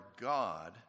God